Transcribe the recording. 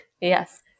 Yes